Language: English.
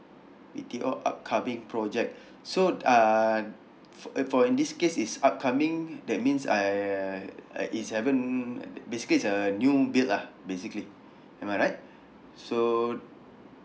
B_T_O upcoming project so uh for in for in this case is upcoming that means I uh is haven't basically is a new built lah basically am I right so